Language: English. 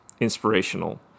inspirational